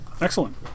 Excellent